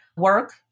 work